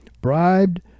bribed